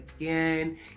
again